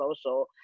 social